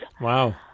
Wow